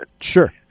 Sure